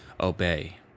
obey